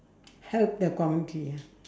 help the community ah